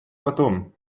потом